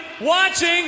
watching